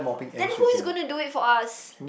then who is going to do it for us